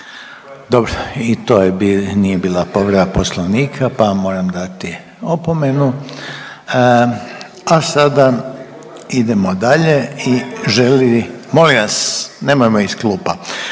Dobro, i to nije bila povreda Poslovnika, pa vam moram dati opomenu, a sada idemo dalje i želi li…/Upadica iz klupe